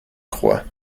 croix